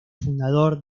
fundador